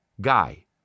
Guy